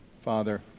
Father